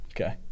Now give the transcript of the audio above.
okay